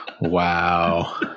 Wow